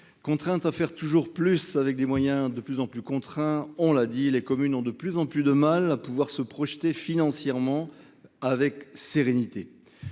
Forcées à faire toujours plus avec des moyens de plus en plus contraints, les communes ont de plus en plus de mal à se projeter financièrement avec sérénité.